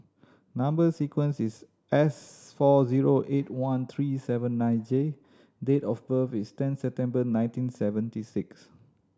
number sequence is S four zero eight one three seven nine J and date of birth is ten September nineteen seventy six